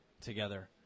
together